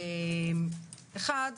אחד,